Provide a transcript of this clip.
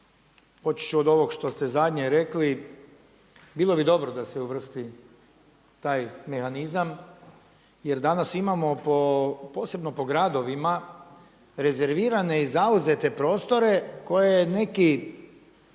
počevši od ovog što ste zadnje rekli, bilo bi dobro da se uvrsti taj mehanizam jer danas imamo po posebno po gradovima rezervirane i zauzete prostore koje neki